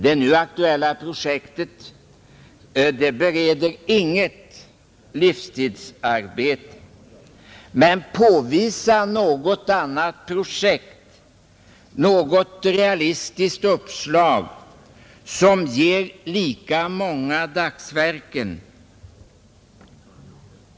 Det nu aktuella projektet bereder inget livstidsarbete, men påvisa något annat projekt, något realistiskt uppslag, som ger lika många årsverken!